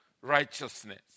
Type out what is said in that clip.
righteousness